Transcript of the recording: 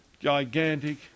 gigantic